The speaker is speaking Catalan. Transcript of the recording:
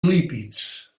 lípids